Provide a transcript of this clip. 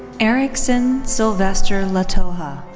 erikzzon sylvester latoja.